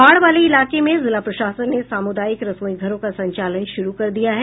बाढ़ वाले इलाके में जिला प्रशासन ने सामुदायिक रसोई घरों का संचालन शुरू कर दिया है